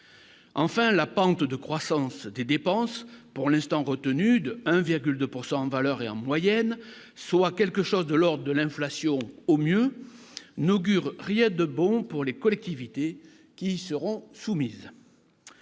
enfin la pente de croissance des dépenses pour l'instant retenu de 1,2 pourcent en valeur et en moyenne, soit quelque chose de lors de l'inflation, au mieux, n'augure rien de bon pour les collectivités qui seront soumises,